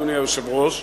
אדוני היושב-ראש,